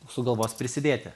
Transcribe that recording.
sugalvos prisidėti